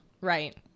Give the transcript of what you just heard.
Right